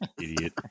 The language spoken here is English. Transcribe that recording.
Idiot